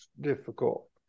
difficult